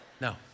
No